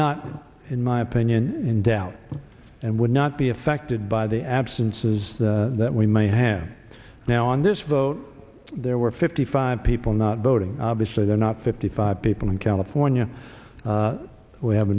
not in my opinion in doubt and would not be affected by the absences that we may have now on this vote there were fifty five people not voting obviously they're not fifty five people in california we have